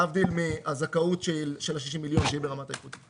להבדיל מן הזכאות של ה-60 מיליון שהיא ברמת האיחוד.